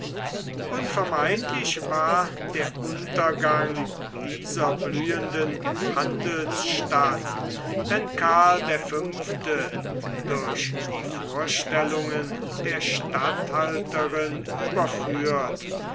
unvermeidlich war der untergang dieser blühenden handelsstadt wenn karl der fünfte durch die vorstellungen der statthalterin überführt